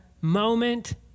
moment